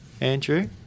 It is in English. Andrew